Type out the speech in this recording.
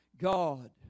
God